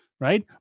right